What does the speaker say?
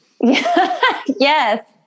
Yes